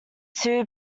two